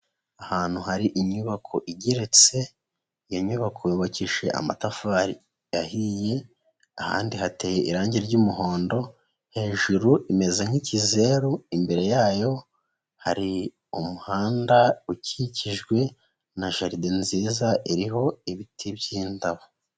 Ahantu hari inyubako igeretse, iyo nyubako yubakishije amatafari yahiye, ahandi hateye irangi ry'umuhondo, hejuru imeze nk'ikizeru, imbere yayo hari umuhanda ukikijwe na jaride nziza iriho ibiti by'indabo.